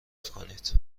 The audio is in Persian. کنید